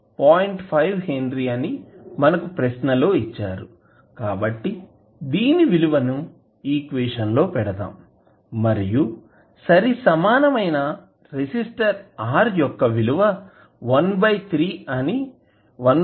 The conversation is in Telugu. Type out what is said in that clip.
5 హెన్రీ అని మనకు ప్రశ్నలో ఇచ్చారు కాబట్టి దీని విలువను ఈక్వేషన్ లో పెడదాం మరియు సరిసమానమైన రెసిస్టర్ R యొక్క విలువ 13 ఓం అని ఇప్పుడే లెక్కించాము